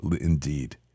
indeed